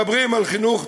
מדברים על חינוך,